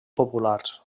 populars